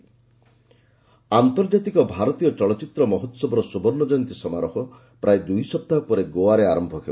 IFFI ଆନ୍ତର୍ଜାତିକ ଭାରତୀୟ ଚଳଚ୍ଚିତ୍ର ମହୋହବର ସୁବର୍ଣ୍ଣ ଜୟନ୍ତୀ ସମାରୋହ ପ୍ରାୟ ଦୁଇସପ୍ତାହ ପରେ ଗୋଆରେ ଆରମ୍ଭ ହେବ